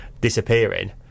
disappearing